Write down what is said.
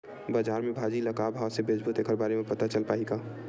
बजार में भाजी ल का भाव से बेचबो तेखर बारे में पता चल पाही का?